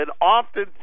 often